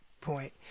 point